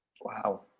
Wow